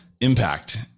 impact